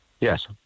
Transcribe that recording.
Yes